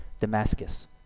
Damascus